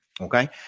Okay